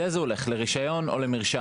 לאיזה הוא ילך לרישיון או למרשם?